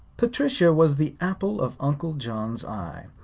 patricia was the apple of uncle john's eye,